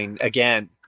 again